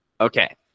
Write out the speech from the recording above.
Okay